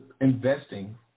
investing